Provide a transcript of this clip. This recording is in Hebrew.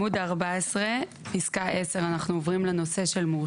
פסקה 10 שמתקנת את סעיף 158 מח'